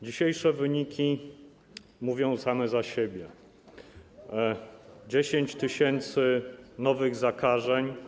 Dzisiejsze wyniki mówią same za siebie - 10 tys. nowych zakażeń.